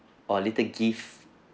a little gifts